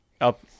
up